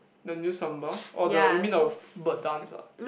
the new samba oh the you mean the bird dance uh